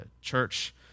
church